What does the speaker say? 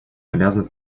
обязано